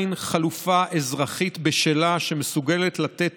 אין עדיין חלופה אזרחית בשלה שמסוגלת לתת